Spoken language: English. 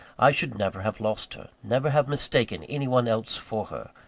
i should never have lost her never have mistaken any one else for her.